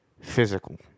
physical